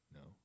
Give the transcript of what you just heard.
No